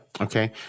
okay